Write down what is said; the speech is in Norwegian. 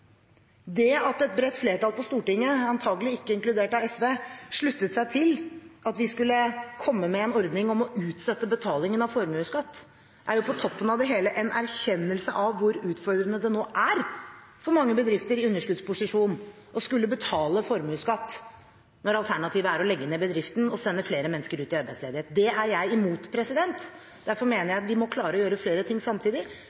Det at et bredt flertall på Stortinget, antakelig ikke inkludert SV, sluttet seg til at vi skulle komme med en ordning om å utsette betalingen av formuesskatt, er på toppen av det hele en erkjennelse av hvor utfordrende det nå er for mange bedrifter i underskuddsposisjon å skulle betale formuesskatt når alternativet er å legge ned bedriften og sende flere mennesker ut i arbeidsledighet. Det er jeg imot, og derfor mener jeg at vi må klare å gjøre flere ting samtidig: